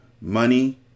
Money